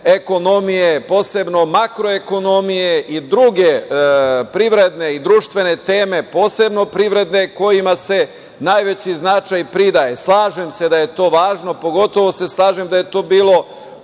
ekonomije, posebno makroekonomije i druge privredne i društvene teme, posebno privredne, kojima se najveći značaj pridaje. Slažem se da je to važno, pogotovo se slažem da je to bilo